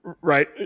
Right